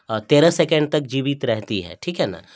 تیرہ سیکنڈ تک جیوت رہتی ہے ٹھیک ہے نا